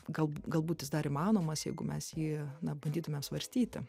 galb galbūt jis dar įmanomas jeigu mes jį na bandytumėm svarstyti